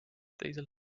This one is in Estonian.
teisel